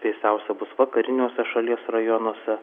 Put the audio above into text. vėsiausia bus vakariniuose šalies rajonuose